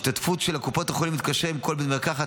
השותפות של קופות החולים עם כל בית מרקחת